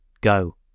go